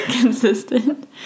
Consistent